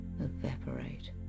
evaporate